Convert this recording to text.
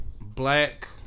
Black